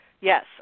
Yes